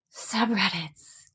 subreddits